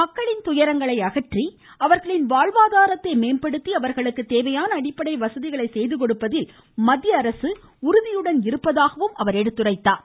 மக்களின் துயரங்களை அகற்றி அவர்களின் வாழ்வாதாரத்தை மேம்படுத்தி அவர்களுக்கு தேவையான அடிப்படை வசதிகளை செய்து கொடுப்பதில் மத்திய அரசு அர்ப்பணிப்புடன் இருப்பதாக அவர் எடுத்துரைத்தார்